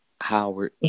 Howard